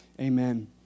Amen